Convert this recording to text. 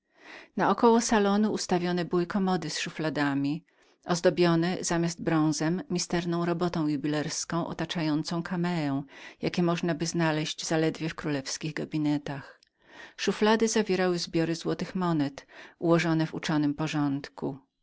na około salonu uszykowane były komody z szufladami ozdobione zamiast bronzu misternemi oprawami jubilerskiemi obejmującemi kamee jakie zaledwie możnaby znaleźć w królewskich gabinetach szuflady zawierały zbiory złotych metalów ułożone w uczonym porządku